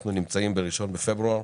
אנחנו נמצאים ב-1 בפברואר.